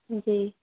जी